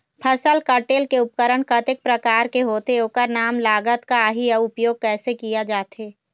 फसल कटेल के उपकरण कतेक प्रकार के होथे ओकर नाम लागत का आही अउ उपयोग कैसे किया जाथे?